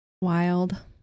wild